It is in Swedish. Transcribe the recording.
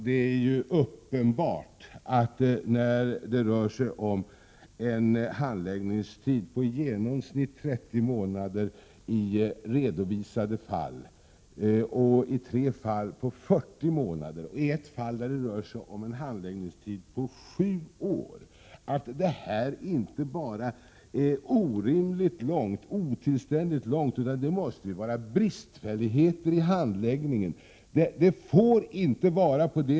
Fru talman! Det rör sig om handläggningstider på i genomsnitt 30 månader i redovisade fall, och i tre fall en handläggningstid på 40 månader. I ett fall uppgick handläggningstiden till sju år. Det är uppenbart att handläggningstiderna inte bara är orimligt, otillständigt långa, utan det måste också finnas bristfälligheter i handläggningen.